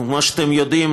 כמו שאתם יודעים,